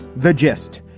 the gist.